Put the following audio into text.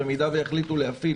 במידה שיחליטו להפעיל,